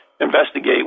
Investigate